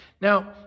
Now